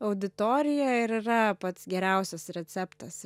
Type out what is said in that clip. auditorija yra pats geriausias receptas